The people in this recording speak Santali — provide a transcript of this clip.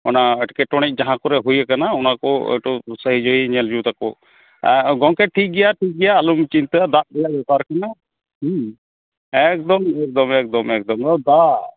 ᱚᱱᱟ ᱮᱴᱠᱮᱴᱚᱬᱮᱡ ᱡᱟᱦᱟᱸ ᱠᱚᱨᱮ ᱦᱩᱭᱟᱠᱟᱱᱟ ᱚᱱᱟ ᱠᱚ ᱮᱠᱴᱩ ᱥᱟᱹᱦᱤᱡᱩᱦᱤ ᱧᱮᱞ ᱡᱩᱛᱟᱠᱚ ᱜᱚᱝᱠᱮ ᱴᱷᱤᱠ ᱜᱮᱭᱟ ᱴᱷᱤᱠ ᱜᱮᱭᱟ ᱟᱞᱚᱢ ᱪᱤᱱᱛᱟᱹᱜᱼᱟ ᱫᱟᱜ ᱨᱮᱭᱟᱜ ᱵᱮᱯᱟᱨ ᱠᱟᱱᱟ ᱮᱠᱫᱚᱢ ᱮᱠᱫᱚᱢ ᱮᱠᱫᱚᱢ ᱮᱠᱫᱚᱢ ᱫᱟᱜ